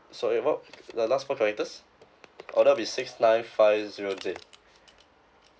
sorry what the last four characters oh that'll be six nine five zero Z